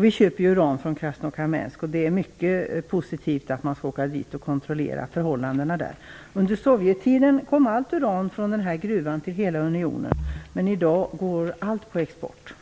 Vi köper uran från Krasnokamensk. Det är mycket positivt att man skall åka dit och kontrollera förhållandena där. Under Sovjettiden kom allt uran till hela unionen från den här gruvan. I dag går allt på export.